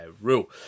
rule